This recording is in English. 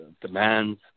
demands